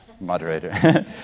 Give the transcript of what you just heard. moderator